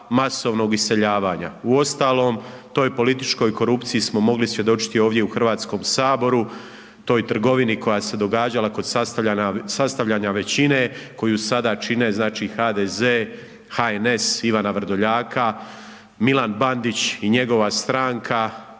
Uostalom, toj političkoj korupciji smo mogli svjedočiti ovdje u HS-u, toj trgovini koja se događala kod sastavljanja većine, koju sada čine znači HDZ, HNS Ivana Vrdoljaka, Milan Bandić i njegova stranka,